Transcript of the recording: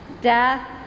death